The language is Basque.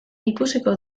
ikusiko